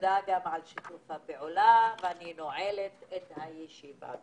שיתוף הפעולה, אני נועלת את הישיבה.